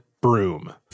broom